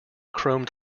chromed